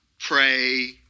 pray